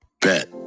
Bet